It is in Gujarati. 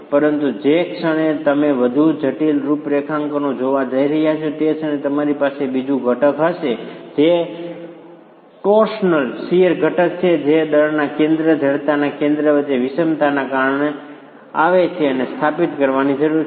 પરંતુ જે ક્ષણે તમે વધુ જટિલ રૂપરેખાંકનો જોવા જઈ રહ્યા છો તે ક્ષણે તમારી પાસે એક બીજું ઘટક હશે જે ટોર્સનલ શીયર ઘટક છે જે દળના કેન્દ્ર અને જડતાના કેન્દ્ર વચ્ચેની વિષમતાને કારણે આવે છે અને તે સ્થાપિત કરવાની જરૂર છે